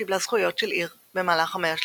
וקיבלה זכויות של עיר במהלך המאה ה-13.